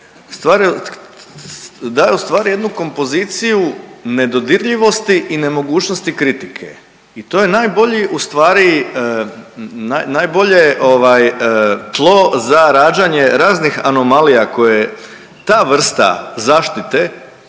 dao ustvari jednu kompoziciju nedodirljivosti i nemogućnosti kritike i to je najbolje ustvari, najbolje tlo za rađanje raznih anomalija koje ta vrsta zaštite